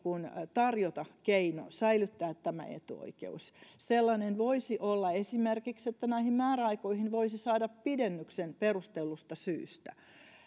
tarjota keino säilyttää tämä etuoikeus sellainen voisi olla esimerkiksi se että määräaikoihin voisi saada pidennyksen perustellusta syystä